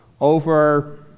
over